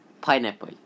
pineapple